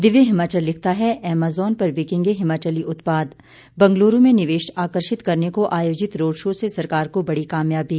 दिव्य हिमाचल लिखता है एमजॉन पर बिकेंगे हिमाचली उत्पाद बंगलूरू में निवेश आकर्षित करने को आयोजित रोड शो से सरकार को बड़ी कामयाबी